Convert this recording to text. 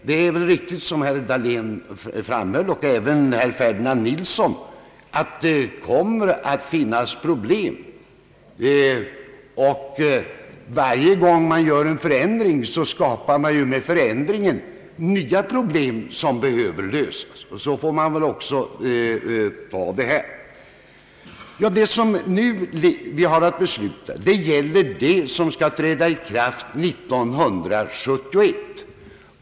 Det är förmodligen riktigt som herr Dahlén och herr Ferdinand Nilsson framhöll att det kommer att uppstå problem i den nya kammaren, och varje gång man gör en förändring skapar man med den nya problem som behöver lösas. Det vi nu har att besluta om gäller det som skall träda i kraft år 1971.